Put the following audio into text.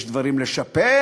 יש דברים לשפר,